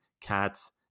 Cats